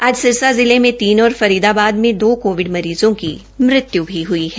आज सिरसा जिले में आज तीन और फरीदाबाद में दो कोविड मरीज़ों की मृत्यु भी हुई है